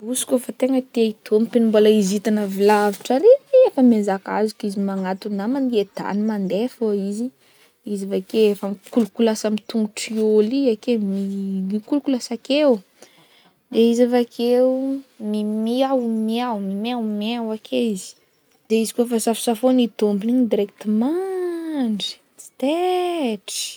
Bosy kaofa tegna tea i tompony mbola izy hitany avy lavitra ary, efa miazakazaka izy magnato namagny etahy mande fô izy, izy avake efa mikolikolasy amy tongotr'i olo i ake mi- mikolikolasy akeo, de izy avekeo mimiao miao mimeo meo ake izy, de izy kô efa safosafoign'i tompony igny direct mandry tsy tetry.